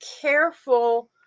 careful